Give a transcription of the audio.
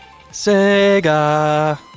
Sega